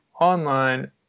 online